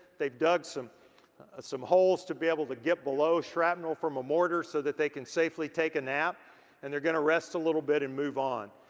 they've dug some some holes to be able to get below shrapnel from a mortar so that they can safely take a nap and they're gonna rest a little bit and move on.